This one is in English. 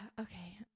Okay